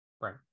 Right